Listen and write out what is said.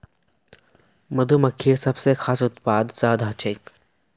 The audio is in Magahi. मधुमक्खिर सबस खास उत्पाद शहद ह छेक